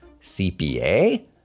CPA